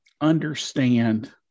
understand